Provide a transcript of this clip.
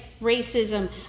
racism